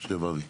משרד התחבורה,